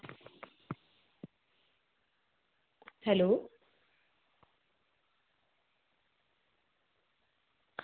hello